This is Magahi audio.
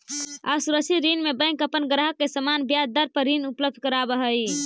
असुरक्षित ऋण में बैंक अपन ग्राहक के सामान्य ब्याज दर पर ऋण उपलब्ध करावऽ हइ